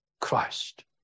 Christ